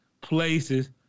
places